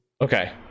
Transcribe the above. okay